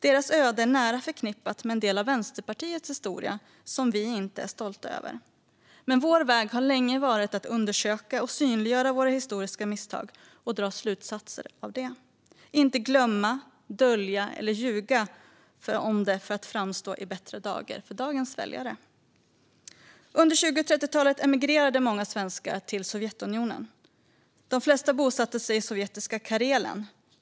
Deras öde är nära förknippat med en del av Vänsterpartiets historia som vi inte är stolta över. Men vår väg har länge varit att undersöka och synliggöra våra historiska misstag och att dra slutsatser av detta - inte att glömma, dölja eller ljuga om det för att framstå i bättre dager för dagens väljare. Under 20 och 30-talet emigrerade många svenskar till Sovjetunionen. De flesta bosatte sig i sovjetiska Karelen.